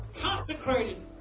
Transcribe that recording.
Consecrated